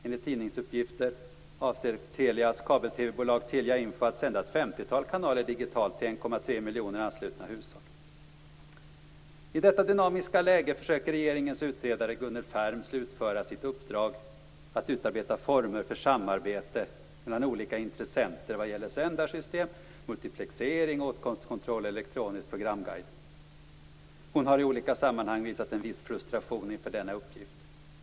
Enligt tidningsuppgifter avser Telias kabel-TV-bolag I detta dynamiska läge försöker regeringens utredare Gunnel Färm slutföra sitt uppdrag att utarbeta former för samarbete mellan olika intressenter vad gäller sändarsystem, multiplexering, åtkomstkontroll och elektronisk programguide. Hon har i olika sammanhang visat en viss frustration inför denna uppgift.